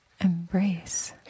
embrace